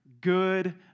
good